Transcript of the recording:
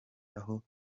aho